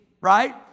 right